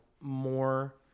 more